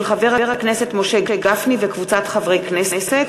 של חבר הכנסת משה גפני וקבוצת חברי הכנסת.